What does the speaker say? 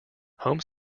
home